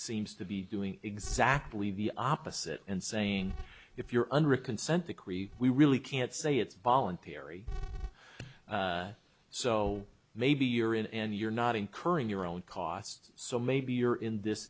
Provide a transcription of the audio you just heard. seems to be doing exactly the opposite and saying if you're under a consent decree we really can't say it's voluntary so maybe you're in and you're not incurring your own costs so maybe you're in this